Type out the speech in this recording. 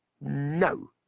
No